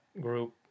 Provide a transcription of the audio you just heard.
group